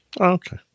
Okay